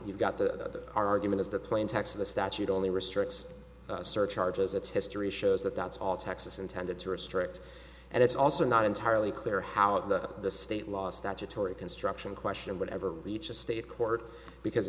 you've got the argument is the plain text of the statute only restricts surcharges it's history shows that that's all texas intended to restrict and it's also not entirely clear how the state law statutory construction question would ever reach a state court because